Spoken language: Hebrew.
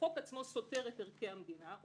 החוק עצמו סותר את ערכי המדינה.